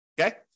Okay